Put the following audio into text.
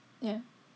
yeah